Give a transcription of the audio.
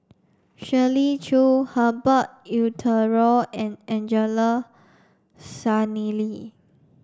Shirley Chew Herbert Eleuterio and Angelo Sanelli